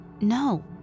No